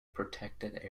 protected